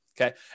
Okay